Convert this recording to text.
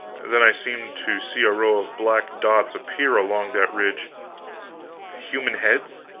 then i seemed to see a row of black dots appear along that ridge human heads?